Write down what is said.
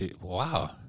wow